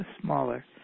Smaller